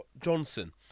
Johnson